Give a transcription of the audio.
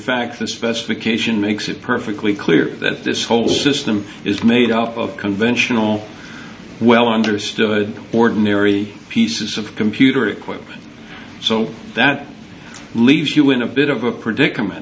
fact this special occasion makes it perfectly clear that this whole system is made up of conventional well understood ordinary pieces of computer equipment so that leaves you in a bit of a predicament